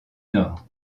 nord